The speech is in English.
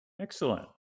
Excellent